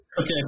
Okay